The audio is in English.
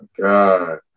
God